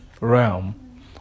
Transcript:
realm